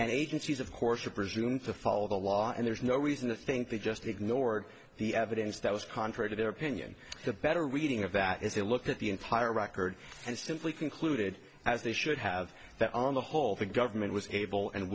and agencies of course are presumed to follow the law and there's no reason to think they just ignored the evidence that was contrary to their opinion the better reading of that is a look at the entire record and simply concluded as they should have that on the whole the government was able and